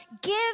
give